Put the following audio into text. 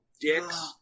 dicks